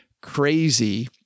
crazy